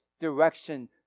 direction